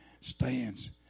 stands